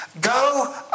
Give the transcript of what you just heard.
Go